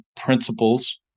principles